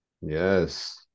yes